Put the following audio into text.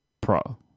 Pro